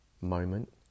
moment